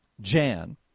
Jan